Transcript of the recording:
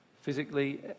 Physically